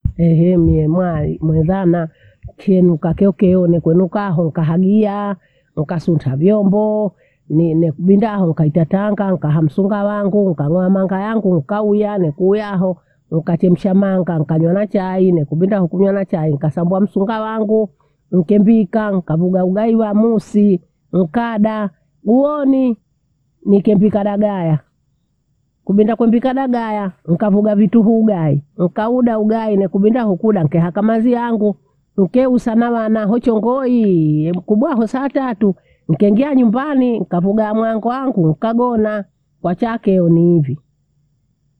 Ehe, mie mwali mwedhana chenuka keo keo nekonuka ho ukahagia, ukasunta vyombo. Ne- ne- nenda hoo nkaita Tanga nikaha msunga wangu, nikaloa manga yangu ukauya nekuwiya hoo nkachemsha manga nikanywa na chai nekubinda nkunywa na chai nikasambua masunga wangu nkembika nikavuga ugai wamosi nkada, huonii nikembika dagaya. Kubenda kwembika dagaya nikavuga vituhuu hugai nikauda ugayi nekubinda hukuda nkehaka mazi angu nkehusa na wana hochomboii yemkumbuka hoo saa tatu nikaingia nyumbani nikavuga ya yamuango angu ukagona wachake honiuthi.